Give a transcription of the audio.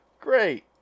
Great